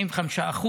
95%,